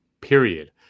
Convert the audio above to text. Period